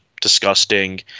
disgusting